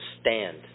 stand